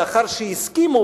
לאחר שהסכימו,